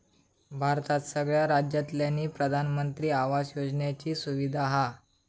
भारतात सगळ्या राज्यांतल्यानी प्रधानमंत्री आवास योजनेची सुविधा हा